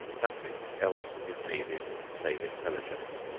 nothing else is needed save intelligence.